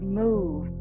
move